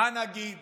מה נגיד